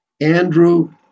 Andrew